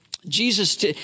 Jesus